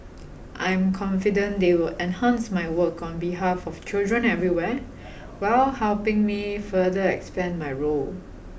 I am confident they will enhance my work on behalf of children everywhere while helping me further expand my role